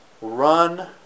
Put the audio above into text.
run